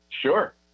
Sure